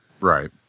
Right